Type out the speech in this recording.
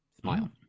Smile